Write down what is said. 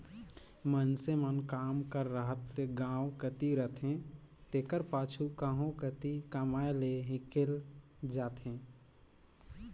मइनसे मन काम कर रहत ले गाँव कती रहथें तेकर पाछू कहों कती कमाए लें हिंकेल जाथें